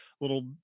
little